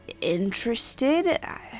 interested